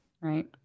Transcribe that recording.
Right